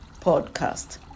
podcast